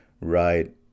right